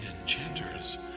enchanters